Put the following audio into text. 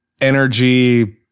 energy